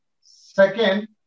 Second